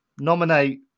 nominate